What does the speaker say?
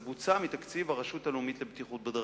זה בוצע מתקציב הרשות הלאומית לבטיחות בדרכים.